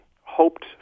hoped